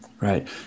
Right